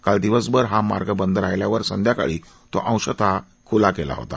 काल दिवसभर हा मार्ग बंद राहिल्यावर संध्याकाळी तो अंशतः खुला केला होता